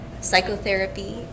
psychotherapy